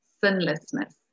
sinlessness